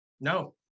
No